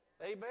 Amen